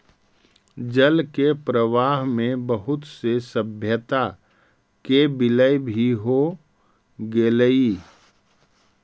जल के प्रवाह में बहुत से सभ्यता के विलय भी हो गेलई